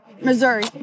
Missouri